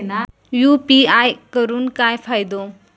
UPI करून काय फायदो?